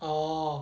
oh